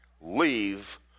leave